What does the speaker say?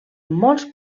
molts